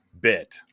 bit